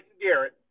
Garrett